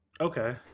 Okay